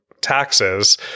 taxes